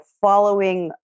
following